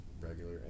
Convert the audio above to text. regular